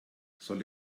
soll